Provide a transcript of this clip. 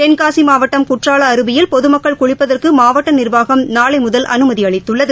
தென்காசிமாவட்டம் குற்றாலஅருவியில் பொதுமக்கள் குளிப்பதற்குமாவட்டநிர்வாகம் நாளைமுதல் அனுமதிஅளித்துள்ளது